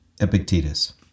Epictetus